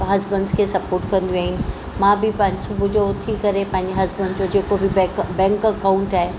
त हस्बैंड्स खे स्पोट कंदियूं आहिनि मां बि पाण सुबुह जो उथी करे पंहिंजे हस्बैंड जो जेको बि बैंक बैंक अकाउंट आहे